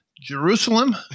Jerusalem